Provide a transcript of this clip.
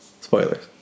spoilers